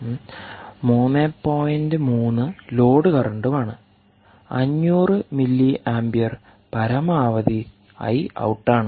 3 load കറന്റുമാണ് 500 milliampere പരമാവധി I ഔട്ടാണ്